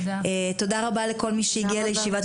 תודה רבה לכל מי שהגיע לישיבה.